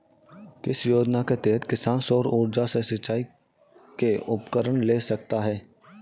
किस योजना के तहत किसान सौर ऊर्जा से सिंचाई के उपकरण ले सकता है?